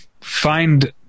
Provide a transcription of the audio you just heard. find